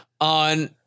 on